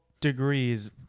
degrees